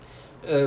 mm